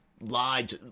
lied